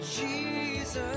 Jesus